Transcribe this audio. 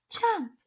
Jump